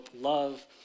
love